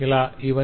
ఇవన్నీUML 2